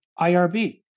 IRB